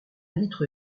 litre